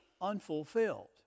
unfulfilled